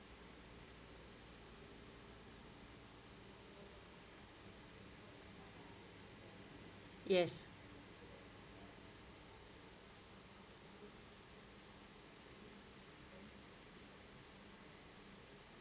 yes